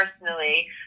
personally